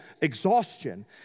exhaustion